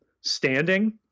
standing